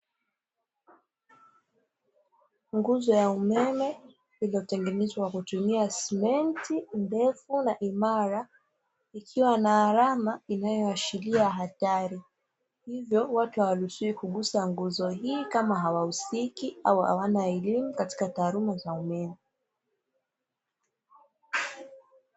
Nguzo ya umeme iliyotengenezwa kwa kutumia simenti ndefu na imara, ikiwa na alama inayoashiria hatari. Hivyo watu hawaruhusiwi kugusa nguzo hiyo kama hawahusiki au hawana elimu katika taaluma za umeme.